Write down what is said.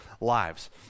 lives